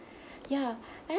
ya I don't